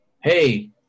hey